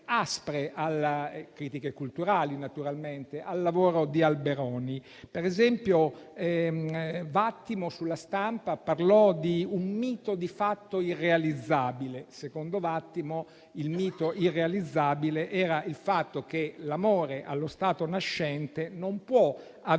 - critiche culturali, naturalmente - al lavoro di Alberoni. Per esempio, Vattimo, su «La Stampa», parlò di un mito di fatto irrealizzabile. Secondo Vattimo il mito irrealizzabile riguardava l'idea che l'amore allo stato nascente non possa avere